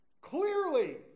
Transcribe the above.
Clearly